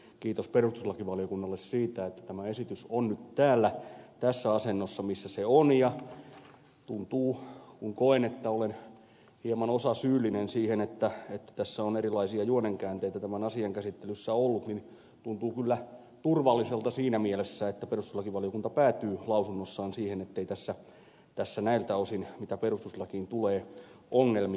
kiitos perustuslakivaliokunnalle siitä että tämä esitys on nyt täällä tässä asennossa missä se on ja tuntuu koen että olen hieman osasyyllinen siihen että tässä on erilaisia juonenkäänteitä tämän asian käsittelyssä ollut niin tuntuu kyllä turvalliselta siinä mielessä että perustuslakivaliokunta päätyy lausunnossaan siihen ettei tässä näiltä osin mitä perustuslakiin tulee ongelmia ole